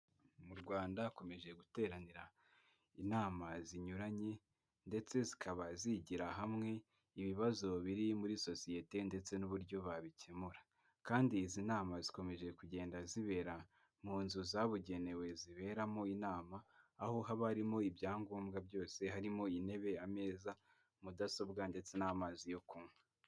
Mu Rwanda hakomeje guteranira inama zinyuranye ndetse zikaba zigira hamwe ibibazo biri muri sosiyete ndetse n'uburyo babikemura; kandi izi nama zikomeje kugenda zibera mu nzu zabugenewe ziberamo inama, aho haba harimo ibyangombwa byose harimo intebe, ameza, mudasobwa ndetse n'amazi yo kunywa.